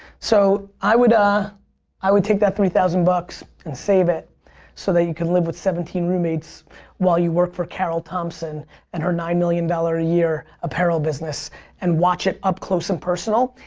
so, i would ah i would take that three thousand bucks and save it so that you can live with seventeen roommates while you work for carol thompson and her nine million dollars a year apparel business and watch it up close and personal.